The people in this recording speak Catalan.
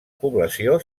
població